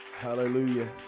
Hallelujah